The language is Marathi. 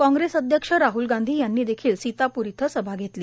कांग्रेस अध्यक्ष राहल गांधी यांनी देखील सीतापूर इथं सभा घेतली